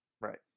Right